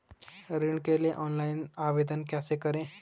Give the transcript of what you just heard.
ऋण के लिए ऑनलाइन आवेदन कैसे करें?